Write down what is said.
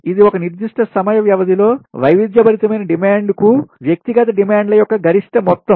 ఇది ఒక నిర్దిష్ట సమయ వ్యవధిలో వైవిధ్యభరితమైన డిమాండ్కు వ్యక్తిగత డిమాండ్ల యొక్క గరిష్ట మొత్తం